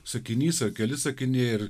sakinys ar keli sakiniai ir